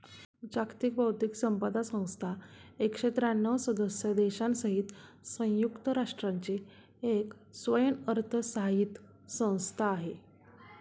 जागतिक बौद्धिक संपदा संस्था एकशे त्र्यांणव सदस्य देशांसहित संयुक्त राष्ट्रांची एक स्वयंअर्थसहाय्यित संस्था आहे